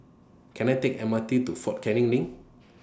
Can I Take The M R T to Fort Canning LINK